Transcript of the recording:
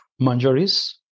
Manjaris